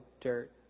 dirt